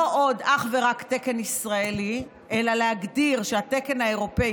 לא עוד אך ורק תקן ישראלי אלא הגדרה של התקן האירופי,